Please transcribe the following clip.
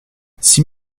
six